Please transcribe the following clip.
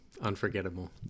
unforgettable